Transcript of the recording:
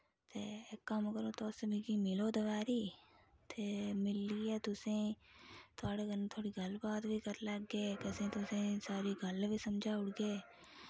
ते इक कम्म करो तुस मिगी मिलो दवारी ते मिलियै तुसें ई थोआढ़े कन्नै थोह्ड़ी गल्ल बात बी करी लैह्गे तुसें सारी गल्ल बी समझाऊड़गे